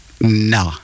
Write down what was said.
No